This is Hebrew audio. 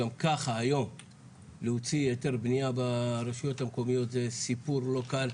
גם ככה היום להוציא היתר בנייה ברשויות המקומיות זה סיפור לא קל.